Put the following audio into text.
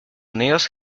unidos